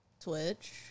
Twitch